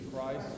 Christ